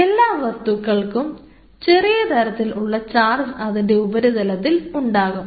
എല്ലാ വസ്തുക്കൾക്കും ചെറിയ തരത്തിൽ ഉള്ള ചാർജ് അതിൻറെ ഉപരിതലത്തിൽ ഉണ്ടാകും